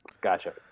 Gotcha